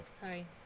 Sorry